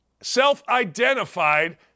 self-identified